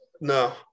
No